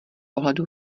ohledu